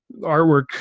Artwork